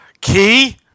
Key